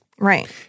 Right